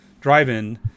drive-in